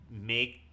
make